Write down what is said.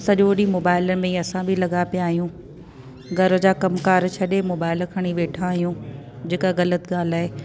सॼो ॾींहुं मोबाइल में ई असां लॻा पिया आहियूं घर जा कमकारि छॾे मोबाइल खणी वेठा आहियूं जेका ॻलति ॻाल्हि आहे